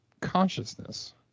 consciousness